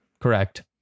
Correct